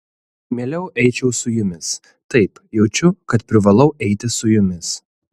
mieliau eičiau su jumis taip jaučiu kad privalau eiti su jumis